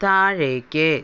താഴേക്ക്